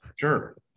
sure